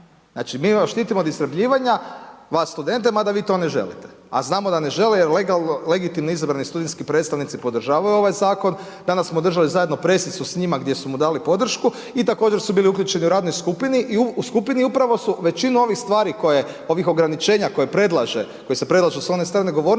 Znači, mi ih štitimo od istrebljivanja, vas studente, mada vi to ne želite, a znamo da ne žele jer legitimno izabrani studentski predstavnici podržavaju ovaj zakon. Danas smo držali zajedno presicu s njima gdje su mu dali podršku i također su bili uključeni u radnoj skupini i upravo su većinu ovih stvari, ovih ograničenja koji se predlažu s ove strane govornice,